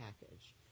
package